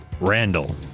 Randall